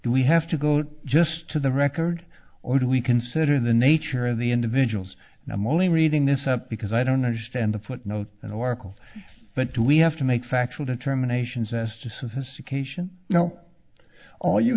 do we have to go to just to the record or do we consider the nature of the individuals and i'm only reading this up because i don't understand the footnotes and articles but do we have to make factual determination zest to sophistication now all you